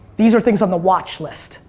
these are things on the watchlist